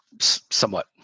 somewhat